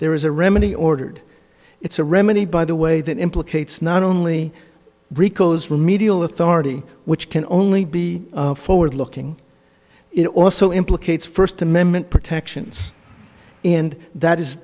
there is a remedy ordered it's a remedy by the way that implicates not only rico's remedial authority which can only be forward looking it also implicates first amendment protections and that is